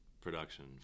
production